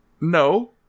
no